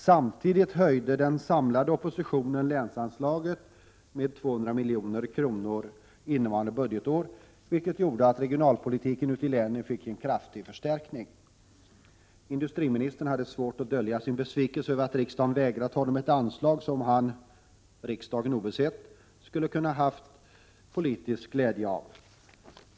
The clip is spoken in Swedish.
Samtidigt höjde den samlade oppositionen länsanslaget med 200 milj.kr. innevarande budgetår, vilket gjorde att regionalpolitiken ute i länen fick en kraftig förstärkning. Industriministern hade svårt att dölja sin besvikelse över att riksdagen vägrat honom ett anslag som han — riksdagen obesett — skulle kunna ha haft politisk glädje av.